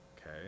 okay